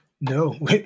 No